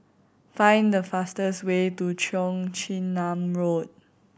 find the fastest way to Cheong Chin Nam Road